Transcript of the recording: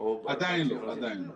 עדיין לא.